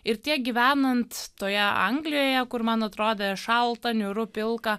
ir tiek gyvenant toje anglijoje kur man atrodė šalta niūru pilka